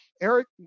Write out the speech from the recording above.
Eric